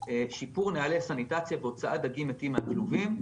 "שיפור נהלי סניטציה והוצאת דגים מתים מהכלובים,